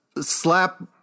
Slap